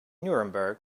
nuremberg